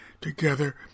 together